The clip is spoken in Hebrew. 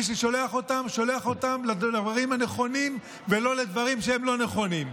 שולח אותם לדברים הנכונים ולא לדברים לא נכונים.